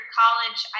college